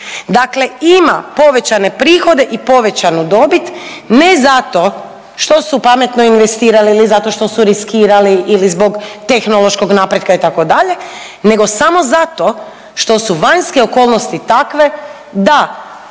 dakle ima povećane prihode i povećanu dobit ne zato što su pametno investirali ili zato što su riskirali ili zbog tehnološkog napretka itd. nego samo zato što su vanjske okolnosti takve da